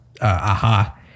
aha